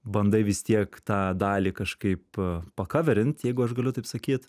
bandai vis tiek tą dalį kažkaip pakaverint jeigu aš galiu taip sakyt